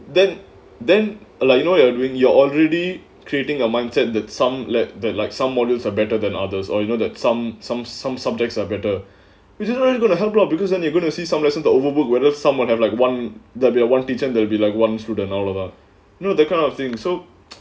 then then like you know you're doing you're already creating a mindset that some let that like some modules are better than others or you know the some some some subjects are better isn't really gonna help lah because then you gonna see some lesson to overwork whether someone have like one that one teach them they'll be like ones through the oliver you know that kind of thing so